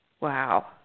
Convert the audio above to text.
wow